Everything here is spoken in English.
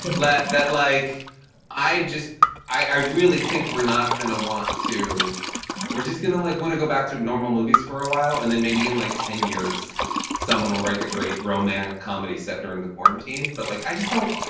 that that like i just i really think we're not gonna want to we're just gonna like want to go back to normal movies for a while and then maybe in like ten years someone will write the great romantic comedy set during the quarantine. but like i just don't,